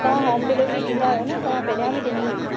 तव्हां home delivery ॾींदा आहियो न तव्हां पहिरियां बि ॾिनी हुई